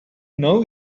know